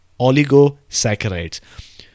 oligosaccharides